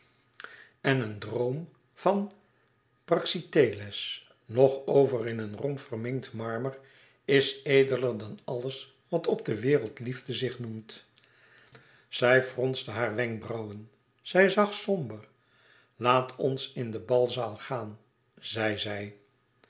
en een droom van praxiteles nog over in een romp verminkt marmer is edeler dan alles wat op de wereld liefde zich noemt zij fronste hare wenkbrauwen zij zag somber laat ons in de balzaal gaan zeide zij